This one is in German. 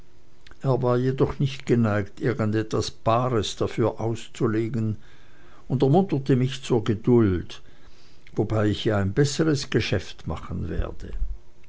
er war jedoch nicht geneigt irgend etwas bares dafür auszulegen und ermunterte mich zur geduld wobei ich ja ein besseres geschäft machen werde